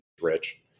Rich